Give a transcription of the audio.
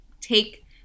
take